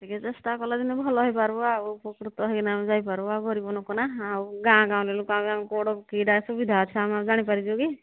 ଟିକେ ଚେଷ୍ଟା କଲେ ଯେମତି ଭଲ ହୋଇପାରିବ ଆଗକୁ ସୁସ୍ଥ ହୋଇପାରିବ ଆମେ ଗରିବ ଲୋକ ନା ଆଉ ଗାଁ ଗାଉଁଲି ଲୋକଙ୍କ ଆଗରେ କି ସୁବିଧା ଅଛି ଆମେ ଜାଣିପାରୁଛୁ କି